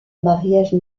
mariage